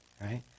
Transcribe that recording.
right